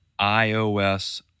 iOS